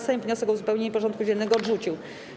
Sejm wniosek o uzupełnienie porządku dziennego odrzucił.